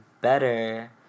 better